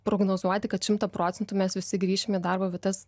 prognozuoti kad šimtą procentų mes visi grįšim į darbo vietas